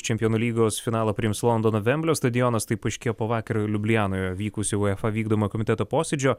čempionų lygos finalą priims londono vemblio stadionas tai paaiškėjo po vakar liublianoje vykusio uefa vykdomojo komiteto posėdžio